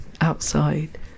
outside